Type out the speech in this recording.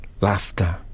Laughter